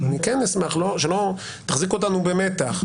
אשמח שלא תחזיק אותנו במתח.